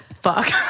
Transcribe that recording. fuck